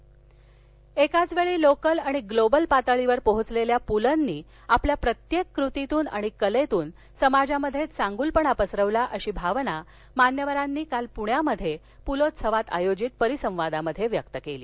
पुल एकाचवेळी लोकल आणि ग्लोबल पातळीवर पोहोचलेल्या पुलंनी आपल्या प्रत्येक कृतीतून आणि कलेतून समाजात चांगुलपणा पसरवला अशी भावना मान्यवरांनी काल पुण्यात पुलोत्सवात आयोजित परिसंवादात व्यक्त केली